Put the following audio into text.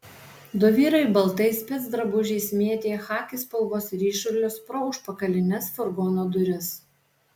du vyrai baltais specdrabužiais mėtė chaki spalvos ryšulius pro užpakalines furgono duris